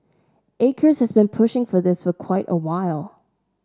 acres has been pushing for this for quite a while